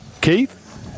Keith